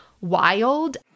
wild